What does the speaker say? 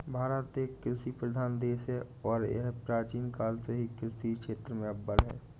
भारत एक कृषि प्रधान देश है और यह प्राचीन काल से ही कृषि क्षेत्र में अव्वल है